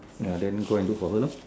ya then go and look for her lor